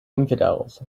infidels